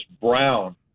brown